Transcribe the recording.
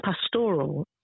pastoral